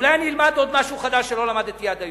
אולי אני אלמד עוד משהו חדש שלא למדתי עד היום,